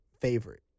favorite